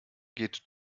geht